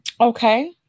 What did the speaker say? Okay